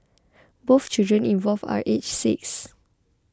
both children involved are aged six